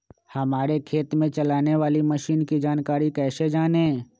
हमारे खेत में चलाने वाली मशीन की जानकारी कैसे जाने?